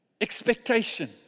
expectation